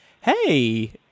Hey